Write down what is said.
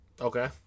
Okay